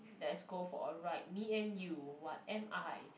let's go for a ride me and you what am I